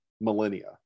millennia